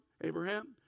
Abraham